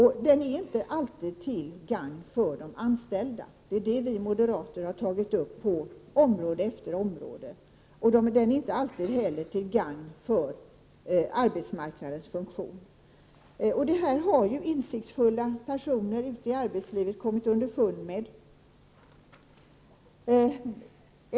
Lagen är inte alltid till gagn för de anställda. Det är detta förhållande vi moderater har tagit upp på område efter område. Lagen är inte heller alltid till gagn för arbetsmarknadens funktion. Detta har insiktsfulla personer i arbetslivet kommit underfund med.